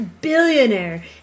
billionaire